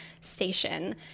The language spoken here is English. station